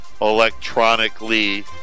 electronically